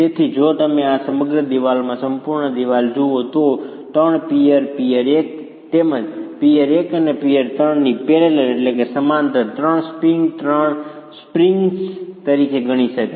તેથી જો તમે આ સમગ્ર દિવાલમાં સંપૂર્ણ દિવાલ જુઓ તો 3 પિઅર પિઅર 1 તેમજ પિઅર 1 અને પિઅર 3 ની પેરેલલ સમાંતર 3 સ્પ્રિંગ 3 સ્પ્રિંગ્સ તરીકે ગણી શકાય